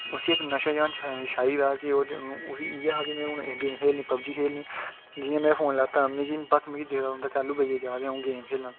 मतलब उसी उसी इक नशा जन छाई गेदा उसी इ'यै हा कि में हून गेम खेलनी पबजी खेलनी जि'यां में फोन लैता बस मिगी देओ